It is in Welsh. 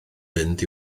mynd